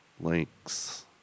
Links